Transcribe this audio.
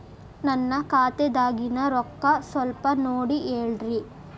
ನನ್ನ ಖಾತೆದಾಗಿನ ರೊಕ್ಕ ಸ್ವಲ್ಪ ನೋಡಿ ಹೇಳ್ರಿ